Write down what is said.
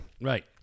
Right